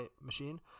machine